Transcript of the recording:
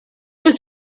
was